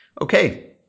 Okay